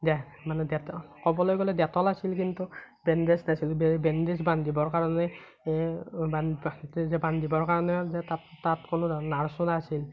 মানে দেট ক'বলৈ গ'লে দেটল আছিল কিন্তু বেন্দেজ নাছিল বে বেন্দেজ বান্ধিবৰ কাৰণে বান্ধিবৰ কাৰণেও যে তাত তাত কোনো নাৰ্চো নাছিল